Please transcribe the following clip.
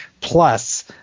plus